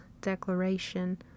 declaration